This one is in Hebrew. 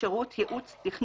שירות ייעוץ, תכנון,